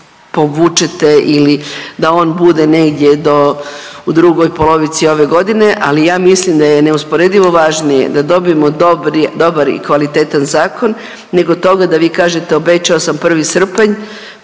srpnja povučete ili da on bude negdje do u drugoj polovici ove godine, ali ja mislim da je neusporedivo važnije da dobimo dobar i kvalitetan zakon nego toga da vi kažete obećao sam 1. srpanj,